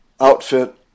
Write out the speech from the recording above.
outfit